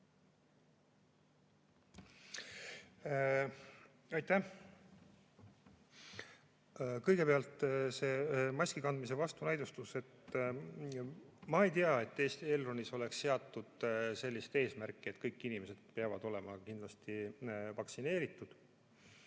Aitäh! Kõigepealt, see maski kandmise vastunäidustus. Ma ei tea, et Eesti Elronis oleks seatud sellist eesmärki, et kõik inimesed peavad olema kindlasti vaktsineeritud.